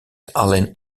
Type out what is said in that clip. allen